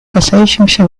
касающимся